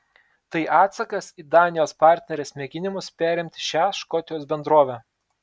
tai atsakas į danijos partnerės mėginimus perimti šią škotijos bendrovę